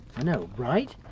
i know, right.